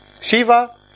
Shiva